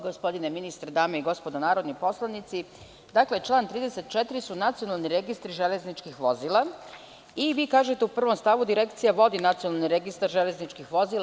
Gospodine ministre, dame i gospodo narodni poslanici, član 34. su nacionalni registri železničkih vozila i vi u 1. stavu kažete – Direkcija vodi Nacionalni registar železničkih vozila.